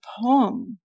poem